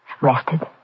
rested